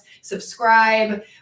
subscribe